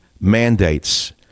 mandates